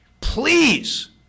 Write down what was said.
please